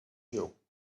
you